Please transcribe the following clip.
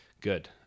good